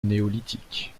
néolithique